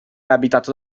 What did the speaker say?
abitato